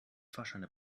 fahrscheine